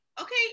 okay